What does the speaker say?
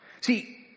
See